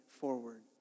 forward